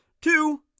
Two